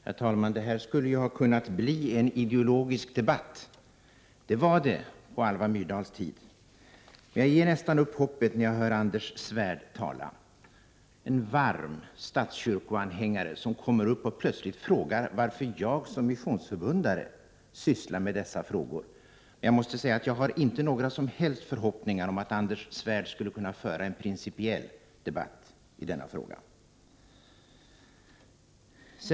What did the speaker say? Herr talman! Det här skulle ha kunnat bli en ideologisk debatt. Det var så på Alva Myrdals tid. Men jag ger nästan upp hoppet när jag hör Anders Svärd tala. Han, en varm statskyrkoanhängare, kommer plötsligt och frågar varför jag som missionsförbundare sysslar med dessa frågor. Jag har inga som helst förhoppningar om att Anders Svärd skulle kunna föra en principiell debatt i denna fråga.